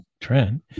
trend